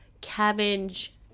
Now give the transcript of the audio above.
cabbage